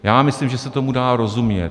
Já myslím, že se tomu dá rozumět.